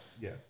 yes